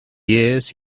years